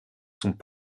sont